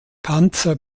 panzer